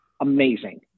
amazing